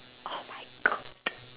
oh my god